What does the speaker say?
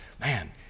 man